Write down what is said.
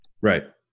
Right